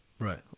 Right